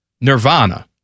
Nirvana